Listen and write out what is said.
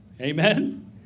Amen